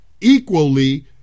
equally